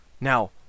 Now